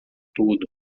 tudo